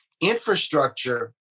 Infrastructure